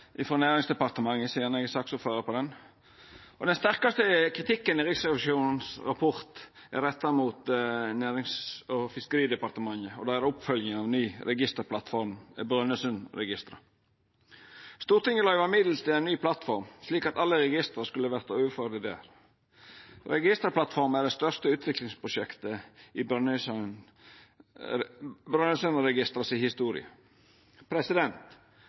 og fiskeridepartementet, sidan eg er saksordførar for det. Den sterkaste kritikken i Riksrevisjonens rapport er retta mot Nærings- og fiskeridepartementet og deira oppfølging av ny registerplattform i Brønnøysundregistera. Stortinget løyvde middel til ei ny plattform, slik at alle registra skulle verta overførte. Registerplattforma er det største utviklingsprosjektet i Brønnøysundregistera si historie. Den nye registerplattforma i